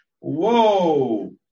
Whoa